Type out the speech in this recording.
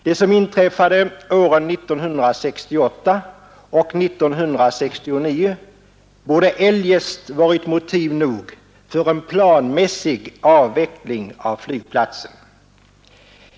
Det som inträffade åren 1968 och 1969 borde eljest varit motiv nog för en planmässig avveckling av flygplatsen.